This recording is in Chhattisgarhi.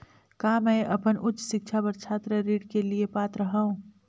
का मैं अपन उच्च शिक्षा बर छात्र ऋण के लिए पात्र हंव?